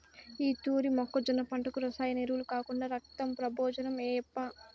ఈ తూరి మొక్కజొన్న పంటకు రసాయన ఎరువులు కాకుండా రక్తం ప్రబోజనం ఏయప్పా